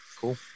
Cool